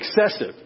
excessive